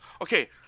Okay